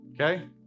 okay